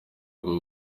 rwo